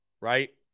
right